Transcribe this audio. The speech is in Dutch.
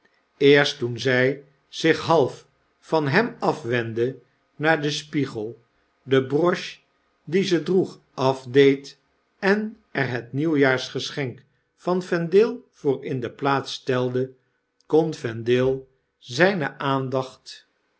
eerst toen zij zich half van hem afwendde naar den spiegel de broche die ze droeg afdeed en er het nieuwjaarsgeschenk van vendale voor in de plaats stelde kon vendale zpe aandacht